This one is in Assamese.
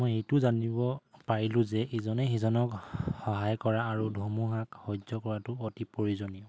মই এইটো জানিব পাৰিলোঁ যে ইজনে সিজনক সহায় কৰা আৰু ধুমুহাক সহ্য কৰাটো অতি প্ৰয়োজনীয়